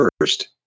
First